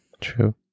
True